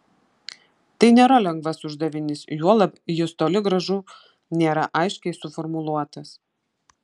tai nėra lengvas uždavinys juolab jis toli gražu nėra aiškiai suformuluotas